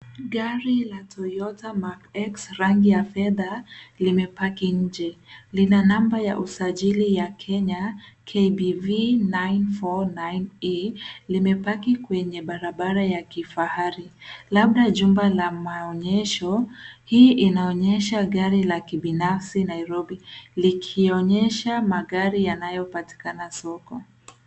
Gari la Toyota Mark X rangi ya fedha limepaki nje, lina namba ya usajili ya Kenya, KBV 949A. Limepaki kwenye barabara ya kifahari labda jumba la maenyesho. Hii inaonyesha gari la kibinafsi Nairobi likionyesha magari yanayopatikana soko.